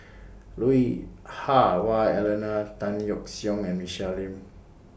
Lui Hah Wah Elena Tan Yeok Seong and Michelle Lim